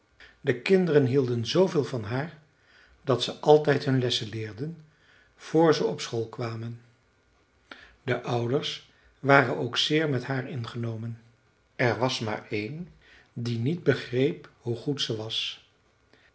de kinderen hielden zveel van haar dat ze altijd hun lessen leerden vr ze op school kwamen de ouders waren ook zeer met haar ingenomen er was maar één die niet begreep hoe goed ze was